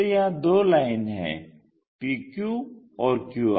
तो यहां दो लाइन हैं PQ और QR